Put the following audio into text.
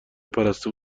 پرستو